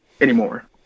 anymore